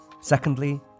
Secondly